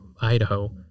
Idaho